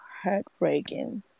heartbreaking